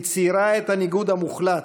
היא ציירה את הניגוד המוחלט: